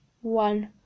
one